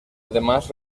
además